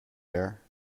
there